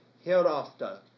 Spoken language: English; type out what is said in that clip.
hereafter